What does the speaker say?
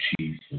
chief